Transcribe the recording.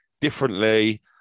differently